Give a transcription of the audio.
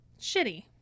Shitty